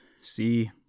See